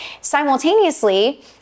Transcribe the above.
Simultaneously